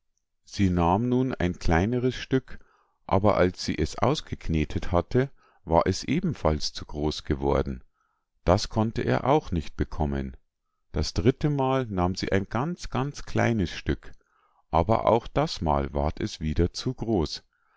sie nahm nun ein kleineres stück aber als sie es ausgeknetet hatte war es ebenfalls zu groß geworden das konnte er auch nicht bekommen das dritte mal nahm sie ein ganz ganz kleines stück aber auch das mal ward es wieder zu groß